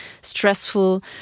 stressful